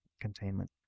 containment